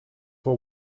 for